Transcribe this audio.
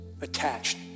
attached